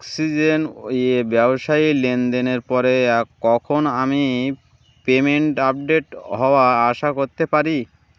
oxygen ইয়ে ব্যবসায়ী লেনদেনের পরে কখন আমি পেমেন্ট আপডেট হওয়া আশা করতে পারি